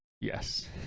Yes